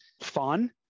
fun